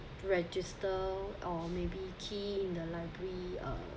register or maybe key in the library uh